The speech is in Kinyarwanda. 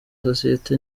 sosiyete